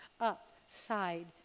upside